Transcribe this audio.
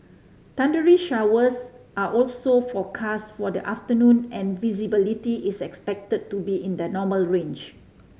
thundery showers are also forecast for the afternoon and visibility is expected to be in the normal range